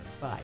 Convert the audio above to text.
Bye